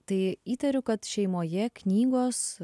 tai įtariu kad šeimoje knygos